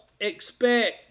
expect